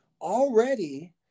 already